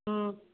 ꯎꯝ